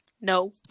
no